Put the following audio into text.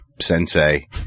sensei